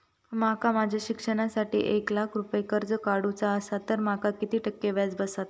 माका माझ्या शिक्षणासाठी एक लाख रुपये कर्ज काढू चा असा तर माका किती टक्के व्याज बसात?